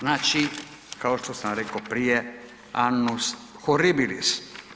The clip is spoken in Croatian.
Znači kao što sam rekao prije „annus horribillis“